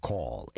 Call